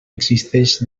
existeix